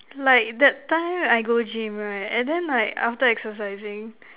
like that time I go gym right and then like after exercising